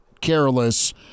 careless